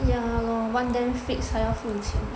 ya lor want them fix 还要付钱